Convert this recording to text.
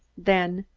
then,